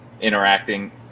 interacting